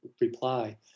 reply